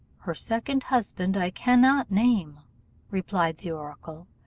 her second husband i cannot name replied the oracle,